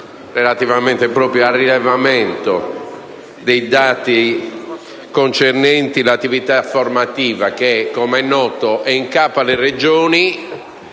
relativo alle modalità di rilevazione dei dati concernenti l'attività formativa che, com'è noto, è in capo alle Regioni.